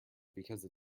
because